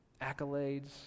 accolades